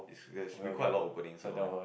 it's should be quite a lot of openings online